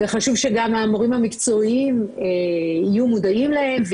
וחשוב שגם המורים המקצועיים יהיו מודעים להם,